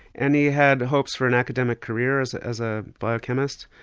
and he had hopes for an academic career as as a biochemist.